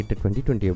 2020